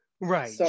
Right